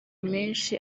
menshi